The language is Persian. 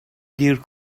دیر